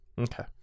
Okay